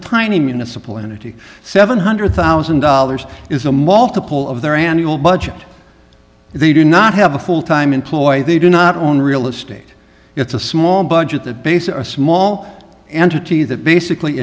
tiny municipal entity seven hundred thousand dollars is a multiple of their annual budget they do not have a full time employee they do not own real estate it's a small budget that base or a small entity that basically